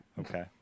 Okay